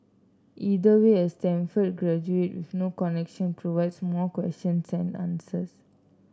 either way a Stanford graduate with no connection provides more questions than answers